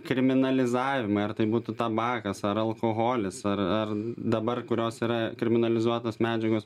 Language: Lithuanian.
kriminalizavimai ar tai būtų tabakas ar alkoholis ar ar dabar kurios yra kriminalizuotos medžiagos